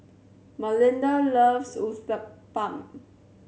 Malinda loves Uthapam